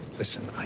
listen,